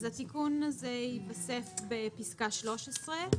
אז התיקון הזה יתווסף בפסקה (13).